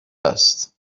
است